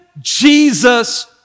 Jesus